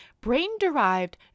brain-derived